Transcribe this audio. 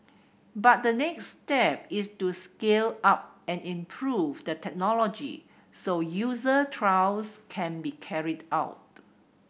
but the next step is to scale up and improve the technology so user trials can be carried out